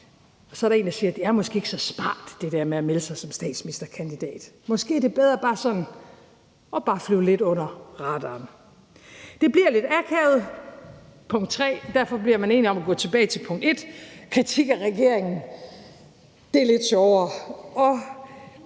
op. Så er der en, der siger: Det der med at melde sig som statsministerkandidat er måske ikke så smart, måske er det bedre bare at flyve lidt under radaren. Punkt 3 bliver lidt akavet, og derfor bliver man enige om at gå tilbage til punkt 1, kritik af regeringen. Det er lidt sjovere.